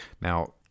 Now